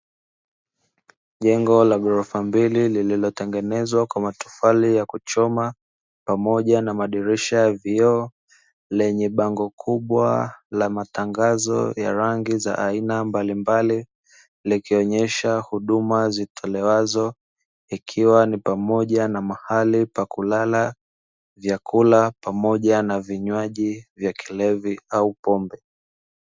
Jengo la ghorofa mbili, lililotengenezwa kwa matofali ya kuchoma pamoja na madirisha ya vioo, lenye bango kubwa la matangazo ya rangi za aina mbalimbali, likionesha huduma zitolewazo, ikiwa ni pamoja na mahali pa kulala, vyakula, pamoja na vinywaji vya kilevi au pombe.